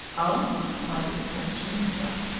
ah! muttered the prince to himself,